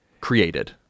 created